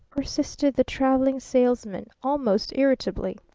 persisted the traveling salesman almost irritably.